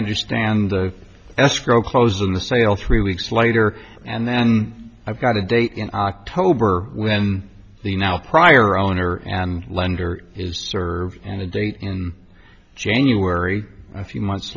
understand the escrow closing the sale three weeks later and then i've got a date in october when the now prior owner and lender is served and a date in january a few months